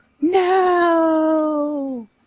No